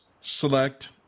select